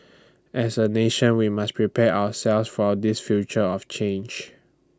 as A nation we must prepare ourselves for this future of change